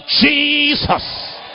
Jesus